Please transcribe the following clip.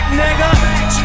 nigga